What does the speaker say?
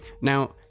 now